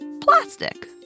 plastic